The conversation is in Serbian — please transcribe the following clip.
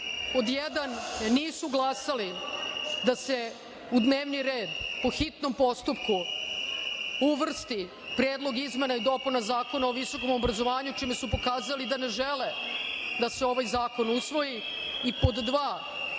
jedan, nisu glasali da se u dnevni red po hitnom postupku uvrsti Predlog izmena i dopuna Zakona o visokom obrazovanju, čime su pokazali da ne žele da se ovaj zakon usvoji i pod dva, mogli